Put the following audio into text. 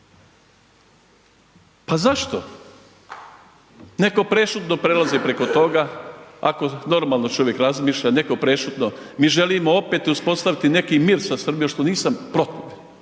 Pa zašto? Neko prešutno prelazi preko toga ako normalno čovjek razmišlja, neko prešutno, mi želimo opet uspostaviti neki mir sa Srbijom što nisam protiv,